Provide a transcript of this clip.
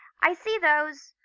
i see those,